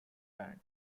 band